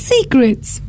Secrets